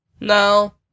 No